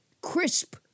Crisp